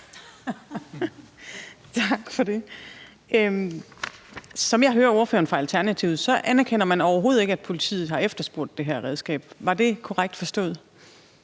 Tak for det. Som jeg hører ordføreren for Alternativet, så anerkender man overhovedet ikke, at politiet har efterspurgt det her redskab. Er det korrekt forstået?